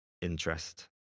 interest